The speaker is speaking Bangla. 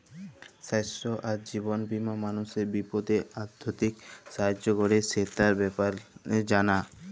স্বাইস্থ্য আর জীবল বীমা মালুসের বিপদে আথ্থিক সাহায্য ক্যরে, সেটর ব্যাপারে জালা